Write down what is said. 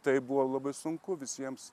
tai buvo labai sunku visiems